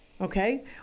Okay